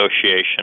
association